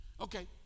Okay